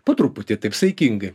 po truputį taip saikingai